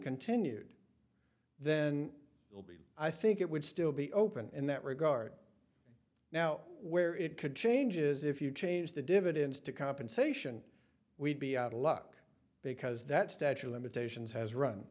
continued then it will be i think it would still be open in that regard now where it could change is if you change the dividends to compensation we'd be out of luck because that statue of limitations has run